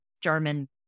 German